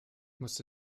musste